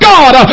God